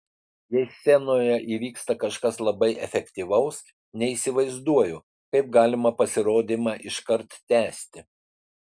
jei scenoje įvyksta kažkas labai efektyvaus neįsivaizduoju kaip galima pasirodymą iškart tęsti